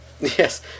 yes